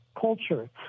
culture